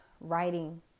writing